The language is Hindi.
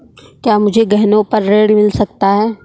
क्या मुझे गहनों पर ऋण मिल सकता है?